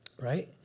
right